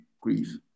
grief